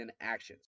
actions